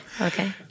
Okay